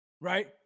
right